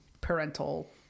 parental